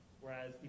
whereas